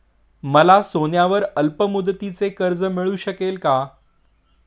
मला सोन्यावर अल्पमुदतीचे कर्ज मिळू शकेल का?